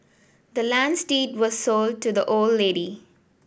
the land's deed was sold to the old lady